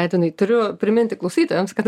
etinai turiu priminti klausytojams kad